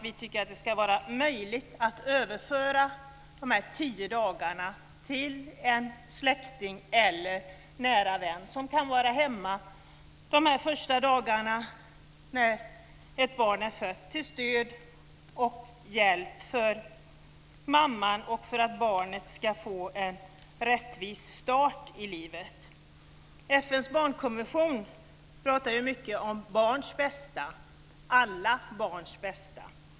Vi tycker att det ska vara möjligt att överföra de tio dagarna till en släkting eller nära vän som kan vara hemma de första dagarna när ett barn är fött, till stöd och hjälp för mamman och för att barnet ska få en rättvis start i livet. I FN:s barnkonvention talas det mycket om barns bästa - alla barns bästa.